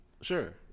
Sure